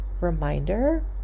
reminder